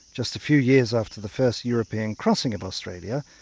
just a few years after the first european crossing of australia,